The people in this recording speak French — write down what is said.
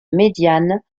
médiane